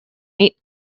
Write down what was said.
eight